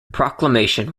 proclamation